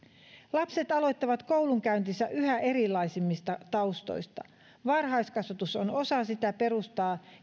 lapset aloittavat koulunkäyntinsä yhä erilaisemmista taustoista varhaiskasvatus on osa sitä perustaa